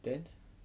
then